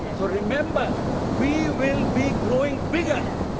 so remember we will be growing bigger.